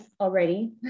already